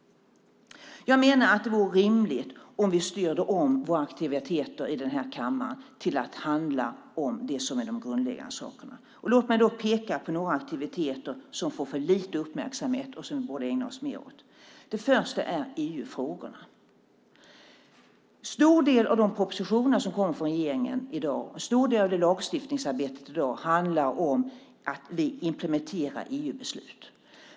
Jag menar att det vore rimligt om vi styrde om våra aktiviteter i denna kammare till att handla om det som är de grundläggande sakerna. Låt mig då peka på några aktiviteter som får för lite uppmärksamhet och som vi borde ägna oss mer åt. Det första är EU-frågorna. En stor del av de propositioner som kommer från regeringen i dag och en stor del av lagstiftningsarbetet handlar om att implementera EU-beslut.